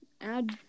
add